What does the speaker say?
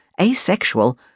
asexual